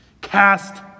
Cast